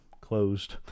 closed